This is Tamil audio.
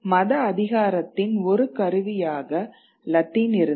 மத அதிகாரத்தின் ஒரு கருவியாக லத்தீன் இருந்தது